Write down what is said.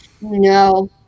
No